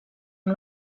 amb